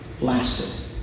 lasted